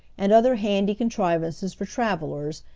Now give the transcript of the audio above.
and other handy contrivances for travelers,